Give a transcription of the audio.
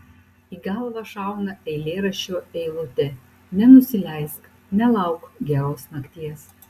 į galvą šauna eilėraščio eilutė nenusileisk nelauk geros nakties